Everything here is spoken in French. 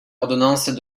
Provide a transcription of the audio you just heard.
ordonnance